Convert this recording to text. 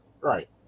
Right